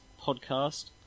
podcast